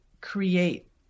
create